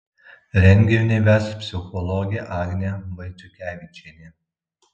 renginį ves psichologė agnė vaiciukevičienė